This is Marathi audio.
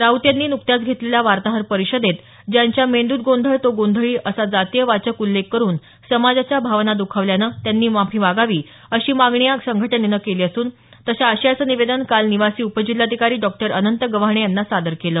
राऊत यांनी नुकत्याच घेतलेल्या वार्ताहर परिषदेत ज्यांच्या मेंद्रत गोंधळ तो गोंधळी असा जातीय वाचक उल्लेख करुन समाजाच्या भावना दुखावल्यानं त्यांनी माफी मागावी अशी मागणी या संघटनेनं केली असून तशा आशयाचं निवेदन काल निवासी उपजिल्हाधिकारी डॉ अनंत गव्हाणे यांना सादर केलं